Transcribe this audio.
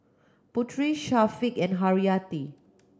Putri Syafiq and Haryati